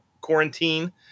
quarantine